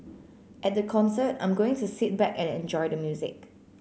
at the concert I'm going to sit back and enjoy the music